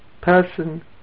person